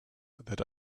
that